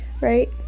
Right